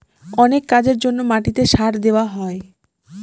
অনেক কাজের জন্য মাটিতে সার দেওয়া হয়